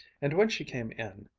and when she came in,